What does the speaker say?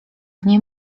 nie